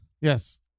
Yes